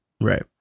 Right